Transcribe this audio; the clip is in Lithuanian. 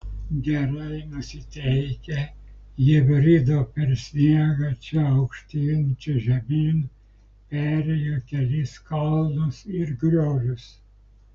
gerai nusiteikę jie brido per sniegą čia aukštyn čia žemyn perėjo kelis kalnus ir griovius